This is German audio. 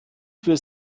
für